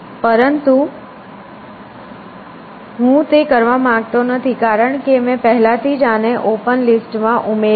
પરંતુ હું તે કરવા માંગતો નથી કારણ કે મેં પહેલાથી જ આને ઓપન લિસ્ટ માં ઉમેર્યું છે